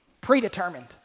Predetermined